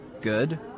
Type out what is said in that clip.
good